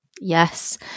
yes